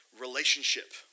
Relationship